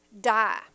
die